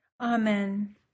Amen